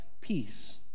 peace